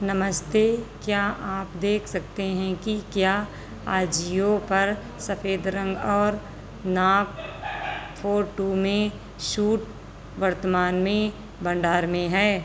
नमस्ते क्या आप देख सकते हैं कि क्या आजियो पर सफ़ेद रंग और नाप फ़ोर टू में शूट वर्तमान में भंडार में है